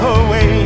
away